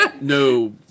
no